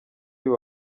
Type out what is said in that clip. uyu